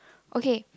okay